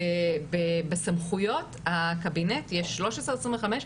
בסמכויות הקבינט יש 1325,